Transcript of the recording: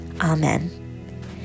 Amen